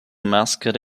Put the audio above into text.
mascot